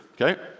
okay